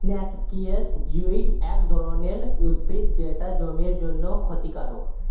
noxious weed এক ধরনের উদ্ভিদ যেটা জমির জন্যে ক্ষতিকারক